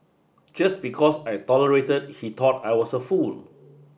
just because I tolerated he thought I was a fool